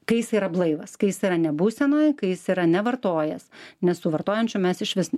kai jis yra blaivas kai jis yra ne būsenoj kai jis yra nevartojęa nes tų vartojančių mes iš vis